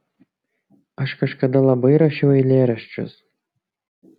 aš kažkada labai rašiau eilėraščius